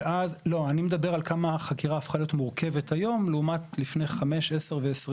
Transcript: אני מדבר כמה החקירה הפכה להיות מורכבת היום לעומת לפני 20 שנה.